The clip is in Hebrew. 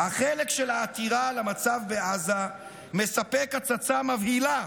"החלק של העתירה על המצב בעזה מספק הצצה מבהילה